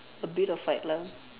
a bit of height lah